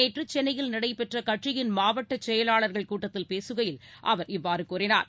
நேற்று சென்னையில் நடைபெற்ற கட்சியின் மாவட்டச் செயலாளர்கள் கூட்டத்தில் பேசுகையில் அவர் இவ்வாறு கூறினார்